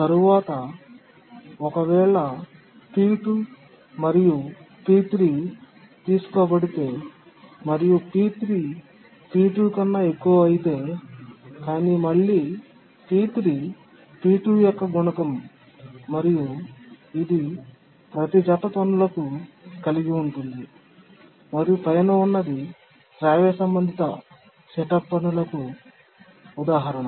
తరువాత ఒకవేళ p2 మరియు p3 తీసుకోబడితే మరియు p3 p2 కన్నా ఎక్కువ అయితే కానీ మళ్ళీp3 p2 యొక్క గుణకం మరియు ఇది ప్రతి జత పనులకు కలిగి ఉంటుంది మరియు పైన ఉన్నది శ్రావ్య సంబంధిత సెటప్ పనులకు ఉదాహరణ